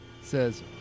says